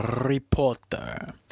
reporter